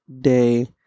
day